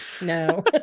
no